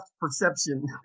perception